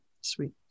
Sweet